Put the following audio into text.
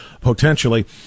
potentially